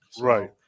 Right